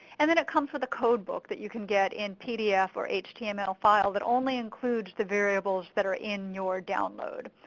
and then it comes with a codebook that you can get in pdf or html file that only includes the variables that are in your download.